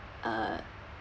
uh